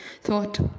thought